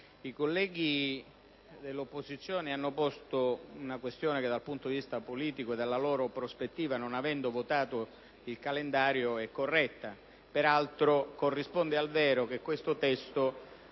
I colleghi dell'opposizione hanno posto una questione che dal punto di vista politico e della loro prospettiva, non avendo votato il calendario, è corretta. Peraltro, corrisponde al vero che il testo